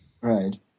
Right